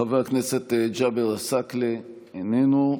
חבר הכנסת ג'אבר עסאקלה, איננו.